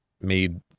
made